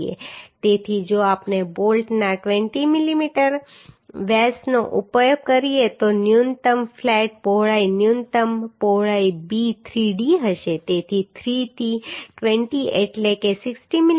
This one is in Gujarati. તેથી જો આપણે બોલ્ટના 20 મીમી વ્યાસનો ઉપયોગ કરીએ તો ન્યૂનતમ ફ્લેટ પહોળાઈ ન્યૂનતમ પહોળાઈ b 3d હશે તેથી 3 થી 20 એટલે કે 60 મીમી